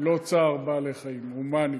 ללא צער בעלי-חיים, הומנית.